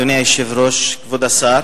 אדוני היושב-ראש, כבוד השר,